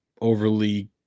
overly